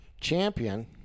champion